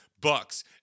bucks